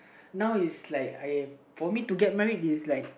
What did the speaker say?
now is like I for me to get married is like